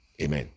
Amen